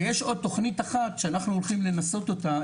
ויש עוד תכנית אחת שאנחנו הולכים לנסות אותה,